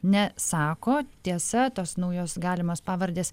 ne sako tiesa tos naujos galimos pavardės